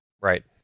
Right